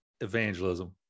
evangelism